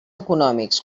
econòmics